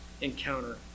encounter